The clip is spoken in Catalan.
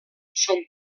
son